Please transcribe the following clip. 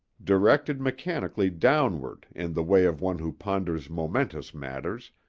directed mechanically downward in the way of one who ponders momentous matters,